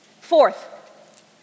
Fourth